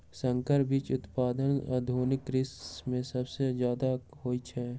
संकर बीज उत्पादन आधुनिक कृषि में सबसे जादे होई छई